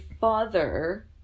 father